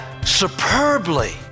superbly